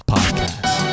Podcast